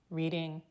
reading